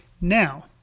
Now